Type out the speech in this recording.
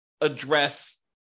address